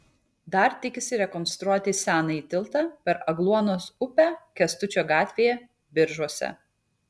dar tikisi rekonstruoti senąjį tiltą per agluonos upę kęstučio gatvėje biržuose